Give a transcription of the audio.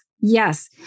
Yes